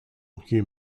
hugh